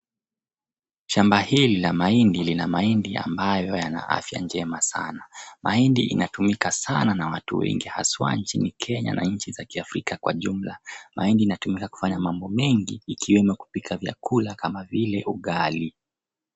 Shamba hili la mahindi lina mahindi ambayo yana afya njema sana. Mahindi inatumika sana na watu wengi haswa nchini Kenya na nchi za kiafrika kwa jumla. Mahindi inatumika kufanya mambo mengi ikiwemo kupika vyakula kama vile ugali.